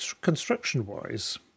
construction-wise